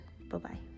Bye-bye